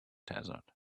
desert